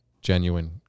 genuine